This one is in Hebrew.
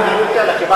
אני נותן לך,